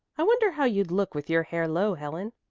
i wonder how you'd look with your hair low, helen.